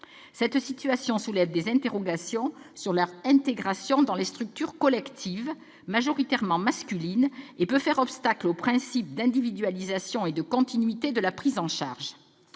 Cette situation soulève des interrogations sur leur intégration dans les structures collectives, majoritairement masculines, et peut faire obstacle aux principes d'individualisation et de continuité de la prise en charge.